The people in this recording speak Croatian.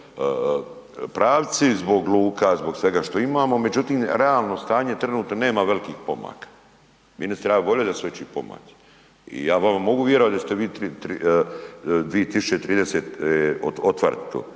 pravci zbog luka, zbog svega što imamo, međutim realno stanje je trenutno nema velikih pomaka. Ministre ja bih volio da su veći pomaci i ja mogu virovat da ćete 2030. otvarati